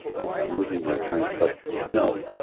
um i'm losing my train of, but no,